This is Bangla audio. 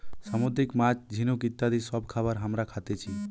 সামুদ্রিক মাছ, ঝিনুক ইত্যাদি সব খাবার হামরা খাতেছি